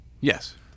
Yes